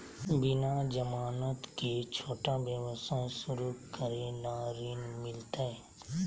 बिना जमानत के, छोटा व्यवसाय शुरू करे ला ऋण मिलतई?